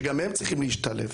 שגם הם צריכים להשתלב.